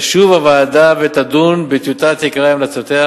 תשוב הוועדה ותדון בטיוטת עיקרי המלצותיה